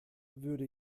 würde